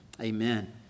Amen